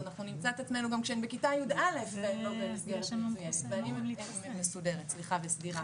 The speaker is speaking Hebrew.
נמצא את עצמנו גם כשהן בכיתה י"א ללא מסגרת מסודרת וסדירה.